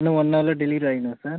இன்னும் ஒன் அவரில் டெலிவரி ஆகிடுமா சார்